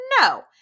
no